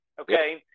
Okay